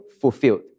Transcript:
fulfilled